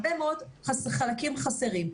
הרבה מאוד חלקים חסרים,